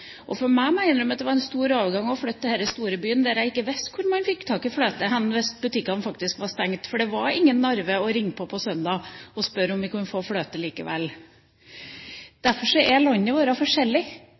at for meg var det en stor overgang å flytte til denne store byen, der jeg ikke visste hvor man fikk tak i fløte hvis butikkene var stengt, for det var ingen Narve å ringe på hos på søndag og spørre om vi likevel kunne få